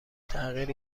تغییر